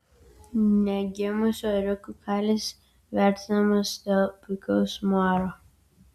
negimusių ėriukų kailis vertinamas dėl puikaus muaro